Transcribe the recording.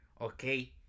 okay